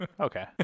Okay